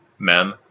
men